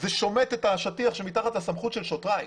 זה שומט את השטיח שמתחת לסמכות של שוטריי.